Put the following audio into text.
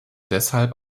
deshalb